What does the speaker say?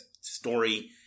story